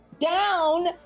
down